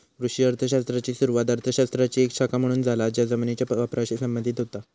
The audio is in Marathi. कृषी अर्थ शास्त्राची सुरुवात अर्थ शास्त्राची एक शाखा म्हणून झाला ज्या जमिनीच्यो वापराशी संबंधित होता